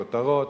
כותרות,